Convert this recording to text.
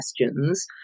questions